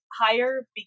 Higher